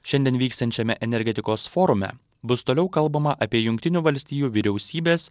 šiandien vykstančiame energetikos forume bus toliau kalbama apie jungtinių valstijų vyriausybės